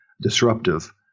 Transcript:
disruptive